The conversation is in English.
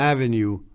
Avenue